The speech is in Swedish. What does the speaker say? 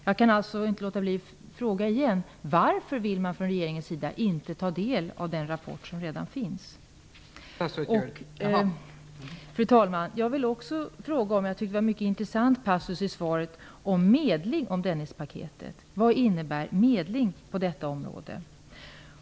Jag kan därför inte låta bli att än en gång fråga: Varför vill man från regeringens sida inte ta del av den rapport som redan finns? Fru talman! Jag vill också fråga om en passus i svaret som jag tyckte var mycket intressant, nämligen vad som sägs om medling om Dennispaketet. Vad innebär medling på detta område?